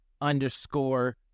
underscore